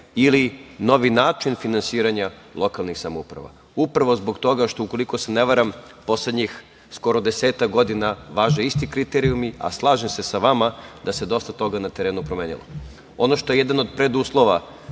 ili novi način finansiranja lokalnih samouprava, upravo zbog toga što, ukoliko se ne varam, poslednjih skoro desetak godina važe isti kriterijumi, a slažem se sa vama da se dosta toga na terenu promenilo. Ono što je jedan od preduslova